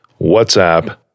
WhatsApp